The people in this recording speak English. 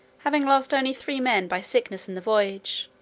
having lost only three men by sickness in the voyage,